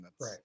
Right